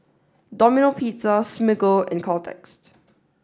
Domino Pizza Smiggle and Caltex